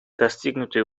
достигнутый